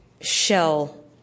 shell